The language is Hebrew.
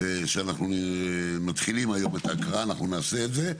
שאנחנו מתחילים היום את ההקראה אנחנו נעשה את זה,